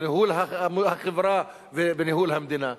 בניהול החברה ובניהול המדינה.